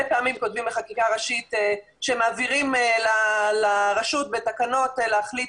פעמים כותבים בחקיקה ראשית שמעבירים לרשות בתקנות להחליט,